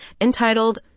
Entitled